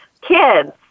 kids